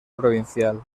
provincial